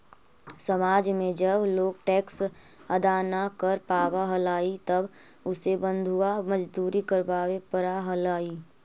समाज में जब लोग टैक्स अदा न कर पावा हलाई तब उसे बंधुआ मजदूरी करवावे पड़ा हलाई